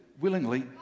willingly